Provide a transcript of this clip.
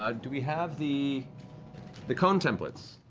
ah do we have the the cone templates?